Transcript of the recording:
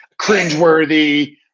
cringeworthy